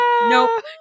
Nope